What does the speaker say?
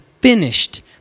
finished